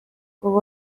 ubu